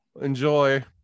Enjoy